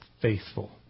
faithful